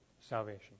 salvation